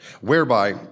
Whereby